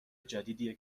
جدیدیه